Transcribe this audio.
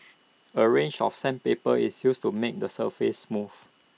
A range of sandpaper is used to make the surface smooth